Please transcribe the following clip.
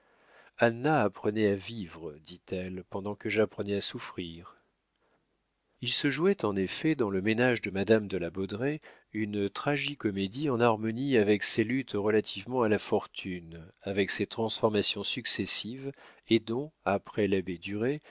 apprenait à vivre dit-elle pendant que j'apprenais à souffrir il se jouait en effet dans le ménage de madame de la baudraye une tragi comédie en harmonie avec ses luttes relativement à la fortune avec ses transformations successives et dont après l'abbé duret